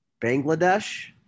Bangladesh